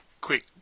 quick